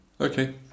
Okay